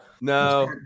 No